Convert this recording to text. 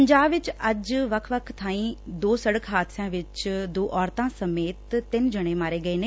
ਪੰਜਾਬ ਵਿਚ ਅੱਜ ਵੱਖ ਵੱਖ ਬਾਈ ਹੋਏ ਦੋ ਸੜਕ ਹਾਦਸਿਆਂ ਵਿਚ ਦੋ ਔਰਤਾ ਸਮੇਤ ਤਿੰਨ ਜਾਣੇ ਮਾਰੇ ਗਏ ਨੇ